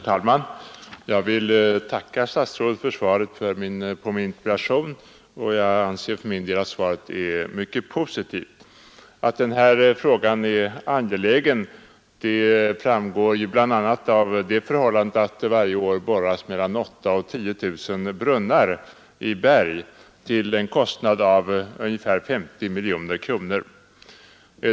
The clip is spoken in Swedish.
Herr talman! Jag vill tacka statsrådet för svaret på min interpellation, och jag anser för min del att svaret är mycket positivt. Att den här frågan är angelägen framgår bl.a. av det förhållandet att det varje år borras mellan 8 000 och 10 000 brunnar i berg till en kostnad av ungefär 50 miljoner kronor.